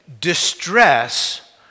distress